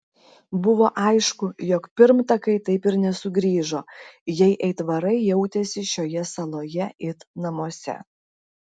buvo aišku jog pirmtakai taip ir nesugrįžo jei aitvarai jautėsi šioje saloje it namuose